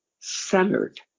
centered